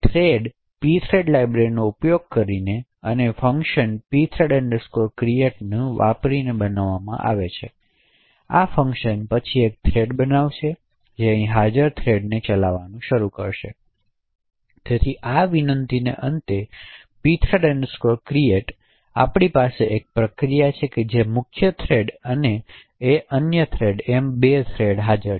thread pthread લાઇબ્રેરીનો ઉપયોગ કરીને અનેફંક્શનને pthread create કરે છે તેથી આ ફંકશન પછી એક થ્રેડ બનાવશે જે અહીં હાજર થ્રેડથી ચલાવવાનું શરૂ કરશે તેથીના આ વિનંતીને અંતે pthread create આપણી પાસે એક પ્રક્રિયા છે જે મુખ્ય થ્રેડ અને એમ 2 થ્રેડ છે